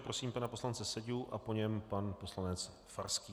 Prosím pana poslance Seďu a po něm pan poslanec Farský.